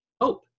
hope